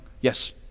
Yes